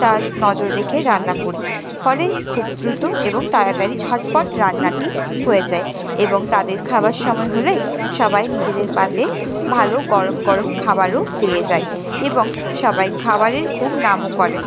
খাস নজর রেখে রান্না করি ফলেই খুব দ্রুত এবং তাড়াতাড়ি ঝটপট রান্নাটি হয়ে যায় এবং তাদের খাবার সময় হলে সবাই নিজেদের পাতে ভালো গরম গরম খাবারও পেয়ে যায় এবং সবাই খাবারের খুব নামও করে